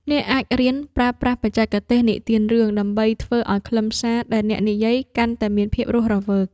អ្នកអាចរៀនប្រើប្រាស់បច្ចេកទេសនិទានរឿង ដើម្បីធ្វើឱ្យខ្លឹមសារដែលអ្នកនិយាយកាន់តែមានភាពរស់រវើក។